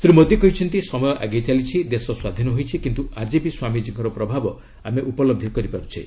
ଶ୍ରୀ ମୋଦି କହିଛନ୍ତି ସମୟ ଆଗେଇ ଚାଲିଛି ଦେଶ ସ୍ୱାଧୀନ ହୋଇଛି କିନ୍ତ୍ର ଆଜି ବି ସ୍ୱାମୀକୀଙ୍କର ପ୍ରଭାବ ଆମେ ଉପଲବ୍ଧି କରିପାର୍ବଛେ